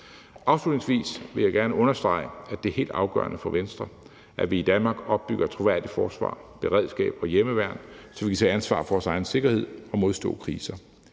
Afslutningsvis vil jeg gerne understrege, at det er helt afgørende for Venstre, at vi i Danmark opbygger et troværdigt forsvar, beredskab og hjemmeværn, så vi kan tage ansvar for vores egen sikkerhed og modstå kriser.